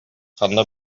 ханна